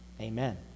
amen